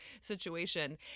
situation